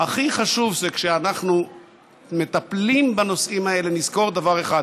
הכי חשוב זה שכשאנחנו מטפלים בנושאים האלה נזכור דבר אחד: